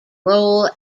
role